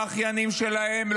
לא אחיינים שלהם,